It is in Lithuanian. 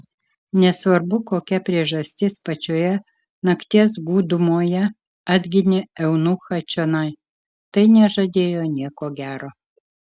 nesvarbu kokia priežastis pačioje nakties gūdumoje atginė eunuchą čionai tai nežadėjo nieko gero